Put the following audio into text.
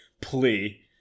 plea